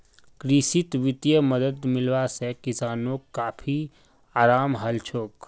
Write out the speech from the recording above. कृषित वित्तीय मदद मिलवा से किसानोंक काफी अराम हलछोक